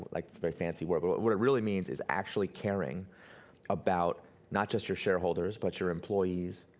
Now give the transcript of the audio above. like a very fancy word, but what what it really means is actually caring about not just your shareholders but your employees,